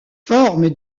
forme